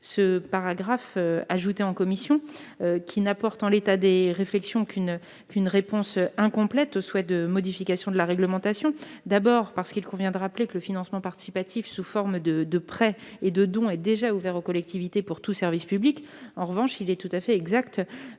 le paragraphe introduit en commission, car il n'apporte, en l'état de la réflexion, qu'une réponse incomplète aux souhaits de modification de la réglementation. Tout d'abord, il convient de rappeler que le financement participatif sous forme de prêts et de dons est déjà ouvert aux collectivités territoriales, pour tout service public. En revanche, il est exact